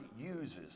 uses